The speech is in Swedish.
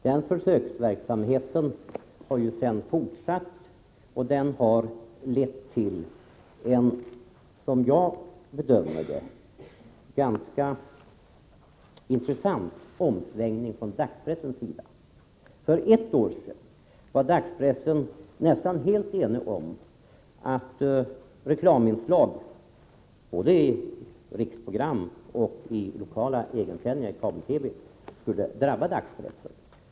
Den försöksverksamheten har sedan fortsatt och lett till en, som jag bedömer det, ganska intressant omsvängning från dagspressens sida. För ett år sedan var dagspressen nästan helt enig om att reklaminslag, både i riksprogram och i lokala egensändningar i kabel-TV, skulle drabba dagspressen.